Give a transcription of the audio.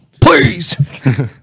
Please